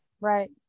Right